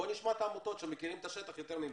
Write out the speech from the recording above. בוא נשמע את העמותות שמכירות את השטח יותר ממני.